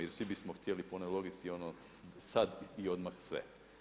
Jer svi bismo htjeli po onoj logici ono sad i odmah sve.